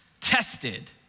tested